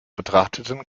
betrachteten